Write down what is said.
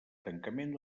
tancament